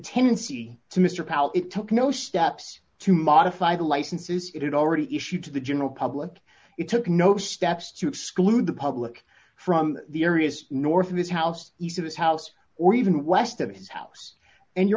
tendency to mr powell it took no steps to modify the licenses it already issued to the general public it took no steps to exclude the public from the areas north of his house use of his house or even west of his house and you